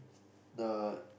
uh